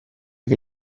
che